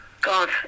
God